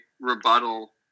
rebuttal